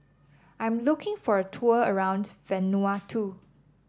I'm looking for a tour around Vanuatu